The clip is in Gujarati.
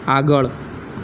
આગળ